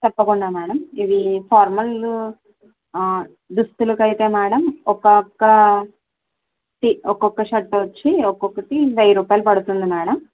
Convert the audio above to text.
తప్పకుండా మేడం ఇవి ఫోర్మల్ దుస్తులకి అయితే మేడం ఒక అక్కడ సి ఒక్కొక్క షర్ట్ వచ్చి ఒక్కొక్కటి వెయ్యి రూపాయిలు పడుతుంది మేడం